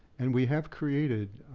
and we have created